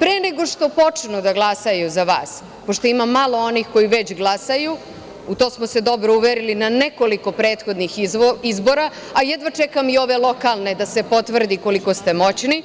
Pre nego što počnu da glasaju za vas, pošto ima malo onih koji već glasaju, u to smo se već uverili na nekoliko prethodnih izbora, a jedva čekam i ove lokalne da se potvrdi koliko ste moćni,